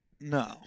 No